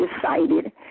decided